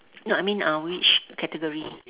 no I mean uh which category